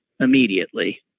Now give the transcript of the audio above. Immediately